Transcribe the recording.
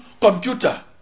computer